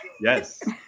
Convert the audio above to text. Yes